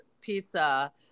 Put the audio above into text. pizza